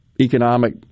economic